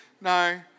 no